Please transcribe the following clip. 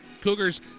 Cougars